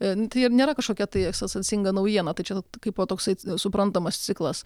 nėra kažkokia tai sensacinga naujiena tai čia kaipo toksai suprantamas ciklas